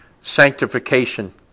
sanctification